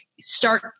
start